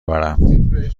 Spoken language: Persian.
برم